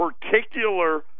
particular